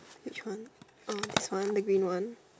which one uh this one the green one